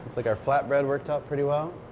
like our flatbread worked out pretty well.